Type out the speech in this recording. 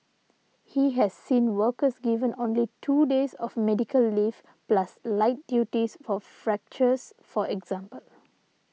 he has seen workers given only two days of medical leave plus light duties for fractures for example